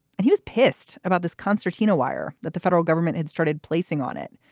and he was pissed about this concertina wire that the federal government had started placing on it,